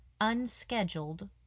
unscheduled